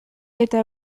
eta